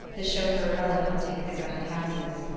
the chauffeur relic-hunting in the gutted houses.